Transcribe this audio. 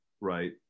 Right